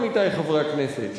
עמיתי חברי הכנסת,